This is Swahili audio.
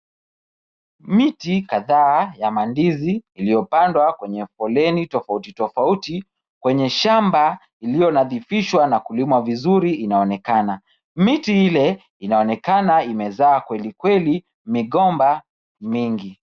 Miti kadha ya mandizi iliyopandwa kwenye foleni tofauti tofauti kwenye shamba iliyo nadhifishwa na kulimwa vizuri inaonekana. Miti ile inaonekana imezaa kwelikweli migomba mingi.